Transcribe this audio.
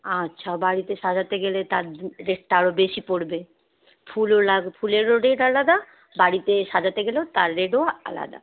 আচ্ছা বাড়িতে সাজাতে গেলে তার রেটটা আরও বেশি পড়বে ফুলও লাগ ফুলেরও রেট আলাদা বাড়িতে সাজাতে গেলেও তার রেটও আলাদা